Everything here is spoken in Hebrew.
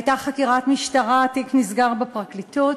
הייתה חקירת משטרה, התיק נסגר בפרקליטות,